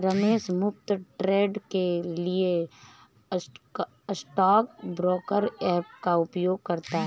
रमेश मुफ्त ट्रेड के लिए स्टॉक ब्रोकर ऐप का उपयोग करता है